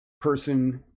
person